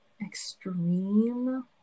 Extreme